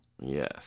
Yes